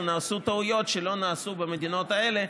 נעשו טעויות שלא נעשו במדינות האלה,